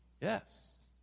Yes